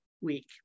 week